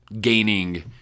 gaining